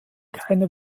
keine